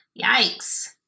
yikes